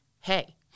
Hey